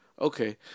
Okay